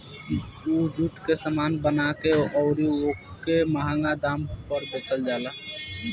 उ जुटे के सामान बना के अउरी ओके मंहगा दाम पर बेचल जाला